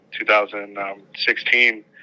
2016